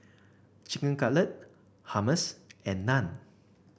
Chicken Cutlet Hummus and Naan